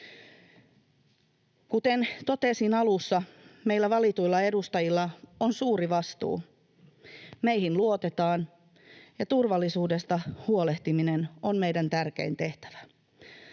Kuten totesin alussa, meillä valituilla edustajilla on suuri vastuu. Meihin luotetaan, ja turvallisuudesta huolehtiminen on meidän tärkein tehtävä.